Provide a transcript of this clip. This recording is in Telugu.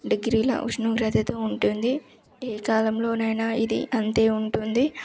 డిగ్రీల ఉష్ణోగ్రతతో ఉంటుంది ఏ కాలంలోనైనా ఇది అంతే ఉంటుంది